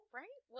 right